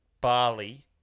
Bali